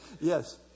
Yes